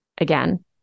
Again